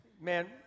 man